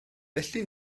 felly